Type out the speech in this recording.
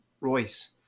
Royce